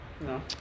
No